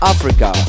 Africa